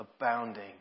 abounding